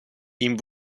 ihm